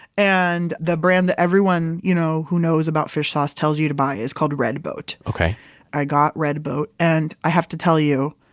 and the brand that everyone you know who knows about fish sauce tells you to buy is called red boat okay i got red boat. and i have to tell you,